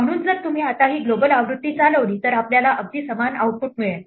म्हणून जर तुम्ही आता ही ग्लोबल आवृत्ती चालवली तर आपल्याला अगदी समान आउटपुट मिळेल